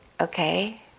okay